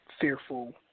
fearful